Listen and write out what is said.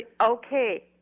Okay